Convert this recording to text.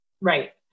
right